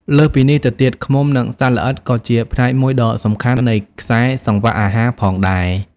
លើសពីនេះទៅទៀត ឃ្មុំ និងសត្វល្អិតក៏ជាផ្នែកមួយដ៏សំខាន់នៃខ្សែសង្វាក់អាហារផងដែរ។